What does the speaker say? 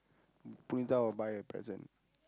Punitha will buy a present